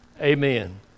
Amen